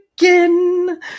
again